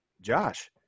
Josh